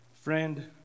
friend